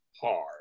hard